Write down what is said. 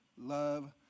love